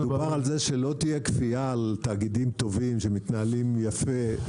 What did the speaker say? מדובר על זה שלא תהיה כפייה על תאגידים טובים שמתנהלים יפה,